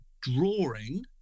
drawing